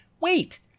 wait